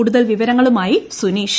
കൂടുതൽ വിവരങ്ങളുമായി സുനീഷ്